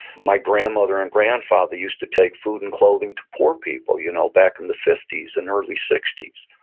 my grandmother and grandfather used to take food and clothing to poor people. you know back in the fifty s and early sixty s.